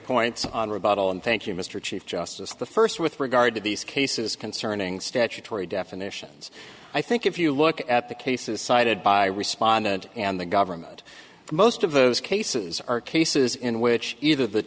points on rebuttal and thank you mr chief justice the first with regard to these cases concerning statutory definitions i think if you look at the cases cited by respondent and the government most of those cases are cases in which either the